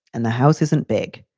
and the house isn't big.